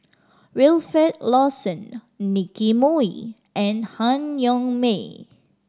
Wilfed Lawson Nicky Moey and Han Yong May